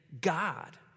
God